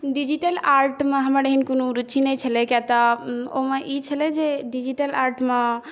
digital आर्टमे हमर एहन कोनो रुचि नहि छलै किएकतँ ओहिमे ई छलै जे डिजिटल आर्टमे